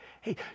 Hey